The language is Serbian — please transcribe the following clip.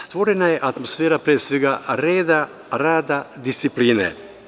Stvorena je atmosfera pre svega reda, rada i discipline.